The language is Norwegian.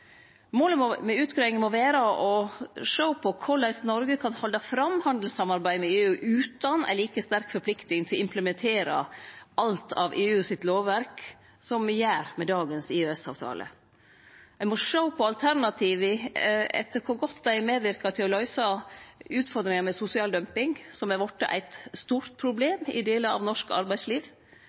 Målet med utgreiing må vere å sjå på korleis Noreg kan halde fram handelssamarbeidet med EU utan ei like sterk forplikting til å implementere alt av EU sitt lovverk, som me gjer med dagens EØS-avtale. Ein må sjå på alternativa etter kor godt dei medverkar til å løyse utfordringane med sosial dumping, som har vorte eit stort problem i delar av norsk arbeidsliv.